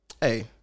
Hey